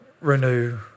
renew